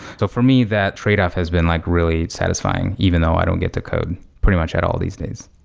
so for me, that tradeoff has been like really satisfying even though i don't get to code pretty much at all these days.